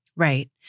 Right